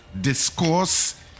Discourse